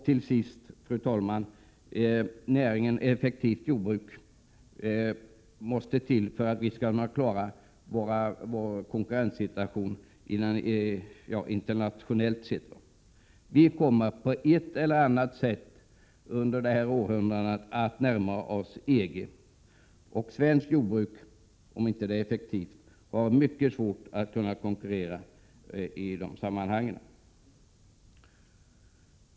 Till sist, fru talman, måste vi ha ett effektivt jordbruk för att vi skall kunna klara vår konkurrenssituation internationellt. Vi kommer på ett eller annat sätt att under detta århundrade närma oss EG. Och om det svenska jordbruket inte är effektivt, har det mycket svårt att konkurrera i dessa sammanhang.